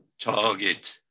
target